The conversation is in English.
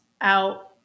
out